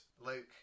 Luke